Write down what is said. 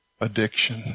addiction